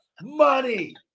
Money